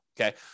okay